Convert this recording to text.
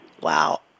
Wow